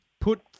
put